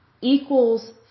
equals